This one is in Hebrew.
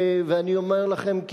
ואני אומר לכם,